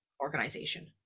organization